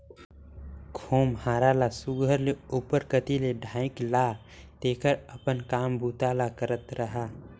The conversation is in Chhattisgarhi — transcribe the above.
खोम्हरा ल सुग्घर ले उपर कती ले ढाएक ला तेकर अपन काम बूता करत रहा